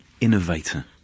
innovator